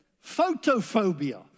photophobia